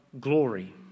glory